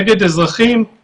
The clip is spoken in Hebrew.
הנתון שהצגת איננו נכון,